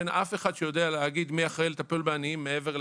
אין אף אחד שיודע להגיד מי אחראי לטפל בעניין מעבר לככה.